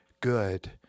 good